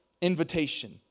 invitation